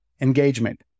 engagement